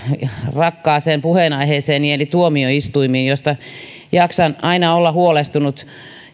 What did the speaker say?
rakkaaseen puheenaiheeseeni eli tuomioistuimiin joiden resursseista jaksan aina olla huolestunut